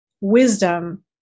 wisdom